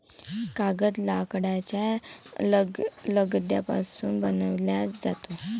कागद लाकडाच्या लगद्यापासून बनविला जातो